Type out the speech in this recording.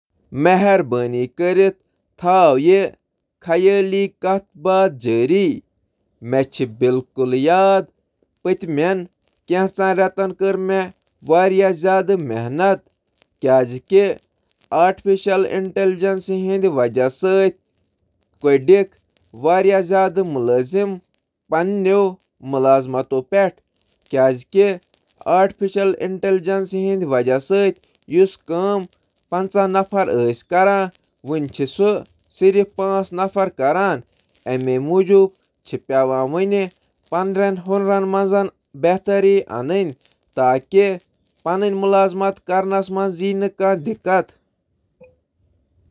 مہربٲنی کٔرِتھ تھٲیِو یہٕ خیٲلی کتھ باتھ جٲری: "بہٕ چُھس مصنوعی ذہانت کہِ وجہ سٕتۍ حالٕے منز واریاہ محنت کران، کیازکہِ مصنوعی ذہانت چُھ پنژاہ, مردن ہنز کامہِ ہند موازنہٕ کران۔ پٔتمہِ رٮ۪تہٕ چھِ مصنوعی ذہانت کہِ وجہہ سۭتۍ واریٛاہ کارکُن برطرف کرنہٕ آمٕتۍ۔